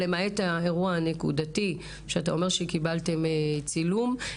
למעט האירוע הנקודתי שקיבלתם עליו צילום,